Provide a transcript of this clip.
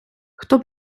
хто